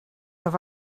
have